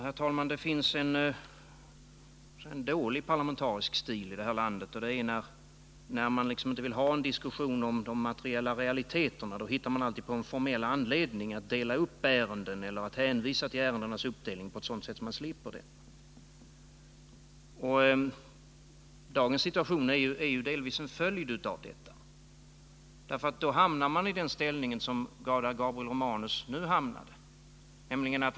Herr talman! Det finns en dålig parlamentarisk stil i det här landet. När man inte vill ha en diskussion om de materiella realiteterna hittar man alltid på en anledning att dela upp ärenden eller att hänvisa till ärendens uppdelning på ett sådant sätt att man slipper den diskussionen. Dagens situation är ju delvis en följd av detta. När man följer den här traditionen kommer mani den ställning som Gabriel Romanus nu befinner sig i.